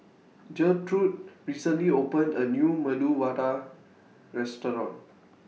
Gertrude recently opened A New Medu Vada Restaurant